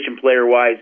player-wise